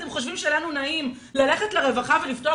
אתם חושבים שלנו נעים ללכת לרווחה ולפתוח